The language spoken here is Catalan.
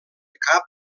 cap